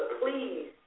please